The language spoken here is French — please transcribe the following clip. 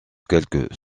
quelques